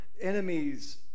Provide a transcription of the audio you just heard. enemies